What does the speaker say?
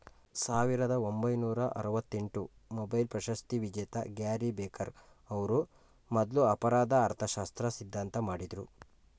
ಸಾವಿರದ ಒಂಬೈನೂರ ಆರವತ್ತಎಂಟು ಮೊಬೈಲ್ ಪ್ರಶಸ್ತಿವಿಜೇತ ಗ್ಯಾರಿ ಬೆಕರ್ ಅವ್ರು ಮೊದ್ಲು ಅಪರಾಧ ಅರ್ಥಶಾಸ್ತ್ರ ಸಿದ್ಧಾಂತ ಮಾಡಿದ್ರು